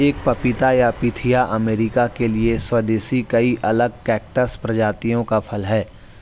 एक पपीता या पिथाया अमेरिका के लिए स्वदेशी कई अलग कैक्टस प्रजातियों का फल है